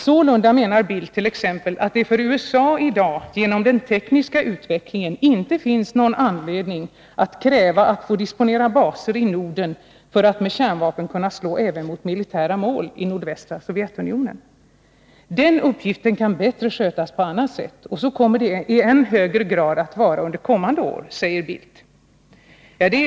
Sålunda menar Carl Bildt t.ex. att det för USA i dag genom den tekniska utvecklingen inte finns någon anledning att kräva att få disponera baser i Norden för att med kärnvapen kunna slå även mot militära mål i nordvästra Sovjetunionen. Den uppgiften kan bättre skötas på annat sätt, och så kommer det i än högre grad att vara under kommande år, säger herr Bildt.